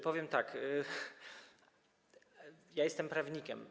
Powiem tak: ja jestem prawnikiem.